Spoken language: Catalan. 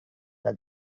del